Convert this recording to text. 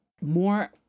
more